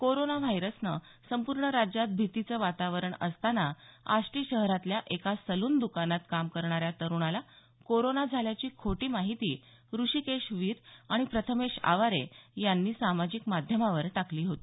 corona व्हायरसने संपूर्ण राज्यात भितीचं वातावरण असताना आष्टी शहरातल्या एका सलून दकानात काम करणाऱ्या तरूणाला कोरोना झाल्याची खोटी माहिती ऋषीकेश वीर आणि प्रथमेश आवारे यांनी सामाजिक माध्यमावर टाकली होती